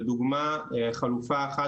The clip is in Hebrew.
לדוגמה חלופה אחת,